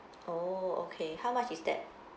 oh okay how much is that